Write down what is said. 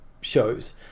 shows